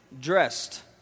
dressed